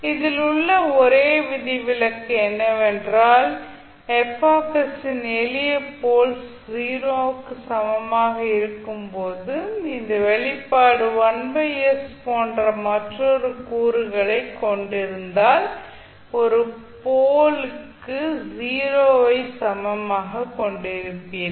இதில் உள்ள ஒரே விதிவிலக்கு என்னவென்றால் யின் எளிய போல்ஸ் 0 க்கு சமமாக இருக்கும் போது இந்த வெளிப்பாடு 1s போன்ற மற்றொரு கூறுகளைக் கொண்டிருந்தால் ஒரு போல் 0 க்கு சமமாக கொண்டிருப்பீர்கள்